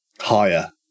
higher